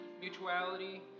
mutuality